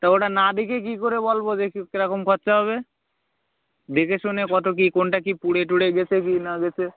তা ওটা না দেখে কী করে বলবো যে কী কেরকম খরছা হবে দেখে শুনে কতো কী কোনটা কী পুড়ে টুরে গেছে কি না গেছে